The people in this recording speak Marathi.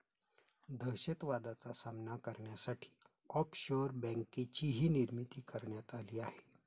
दहशतवादाचा सामना करण्यासाठी ऑफशोअर बँकेचीही निर्मिती करण्यात आली आहे